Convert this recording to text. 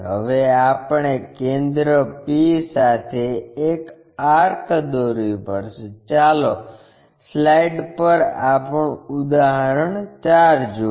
હવે આપણે કેન્દ્ર p સાથે એક આર્ક દોરવી પડશે ચાલો સ્લાઇડ પર આપણું ઉદાહરણ 4 જુઓ